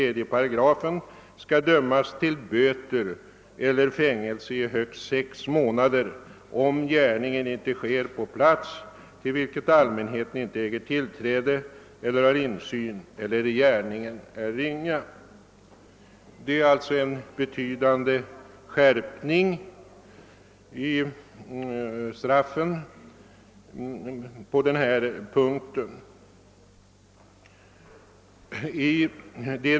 nader, om ej gärningen sker på plats till vilken allmänheten icke äger tillträde eller har insyn, eller gärningen är ringa. Det är alltså en betydande skärp ning av straffen på denna punkt.